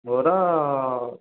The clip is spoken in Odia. ବରା